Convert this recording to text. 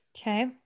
Okay